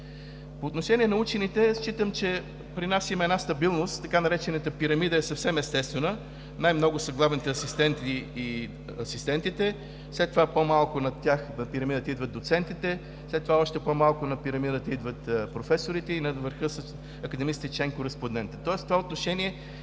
По отношение на учените. Считам, че при нас има една стабилност, така наречената пирамида е съвсем естествена – най много са главните асистенти и асистентите, след това по-малко над тях на пирамидата идват доцентите, след това още по-малко на пирамидата идват професорите и на върха са академиците и член кореспондентите. Тоест в това отношение